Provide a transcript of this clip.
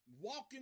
walking